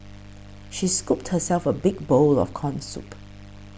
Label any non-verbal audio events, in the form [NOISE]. [NOISE] she scooped herself a big bowl of Corn Soup